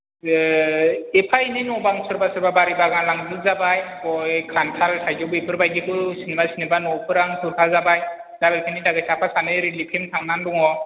एफा एनै न' बां सोरबा सोरबा बारि बागान लांजोबजाबाय गय खान्थाल थाइजौ बेफोरबायदिबो सोरनिबा सोरनिबा न'फोरानो खुरखाजाबाय दा बेफोरनि थाखाय साफा सानै रिलिफ केम्प थांनानै दङ